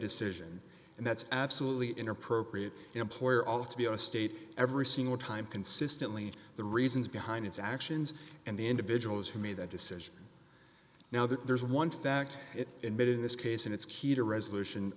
decision and that's absolutely inappropriate employer all to be a state every single time consistently the reasons behind its actions and the individuals who made that decision now there's one fact in bed in this case and it's key to resolution